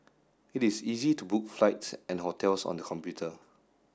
it is easy to book flights and hotels on the computer